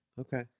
Okay